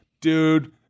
Dude